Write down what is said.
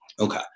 Okay